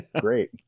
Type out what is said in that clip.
great